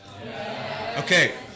Okay